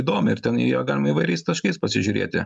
įdomi ir ten į ją galima įvairiais taškais pasižiūrėti